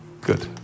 Good